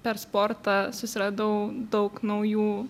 per sportą susiradau daug naujų